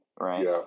Right